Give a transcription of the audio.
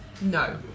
No